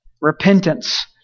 Repentance